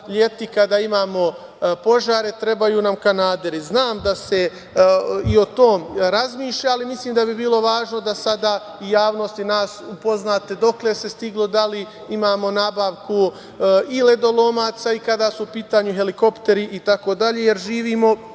da kada imamo požare trebaju nam kanaderi. Znam da se i o tome razmišlja, ali mislim da bi bilo važno da sada i javnost i nas upoznate dokle se stiglo, da li imamo nabavku i ledolomaca i kada su u pitanju helikopteri itd, jer živimo,